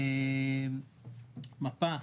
מפה,